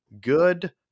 good